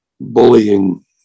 bullying